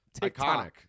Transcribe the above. Iconic